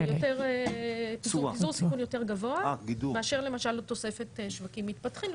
יותר פיזור סיכון יותר גבוה מאושר למשל תוספת שווקים מתפתחים,